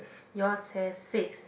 yours has six